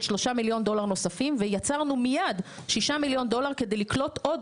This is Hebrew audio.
של 3 מיליון דולר נוספים ויצרנו מייד שישה מיליון דולר כדי לקלוט עוד